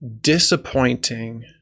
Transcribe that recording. disappointing